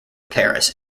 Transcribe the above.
paris